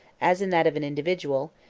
as in that of an individual,